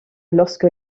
lorsque